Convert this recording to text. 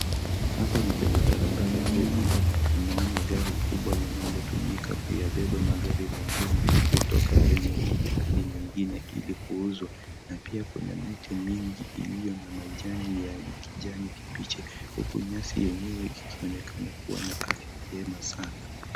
Hapa ni kwenye barabara kuu ambapo tunaona gari kubwa linalotumika kuyabeba magari mengine kutoka sehemu moja hadi nyingine ili kuuzwa, na pia kuna miti mingi iliyo na majani ya kijani kibichi huku nyasi yenyewe ikionekana kuwa na afya njema sana.